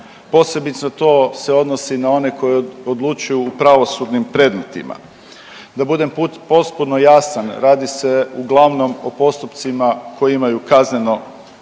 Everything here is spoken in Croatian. posebice to se odnosi na one koji odlučuju u pravosudnim predmetima. Da budem potpuno jasan radi se uglavnom o postupcima koji imaju kaznenog